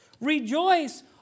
Rejoice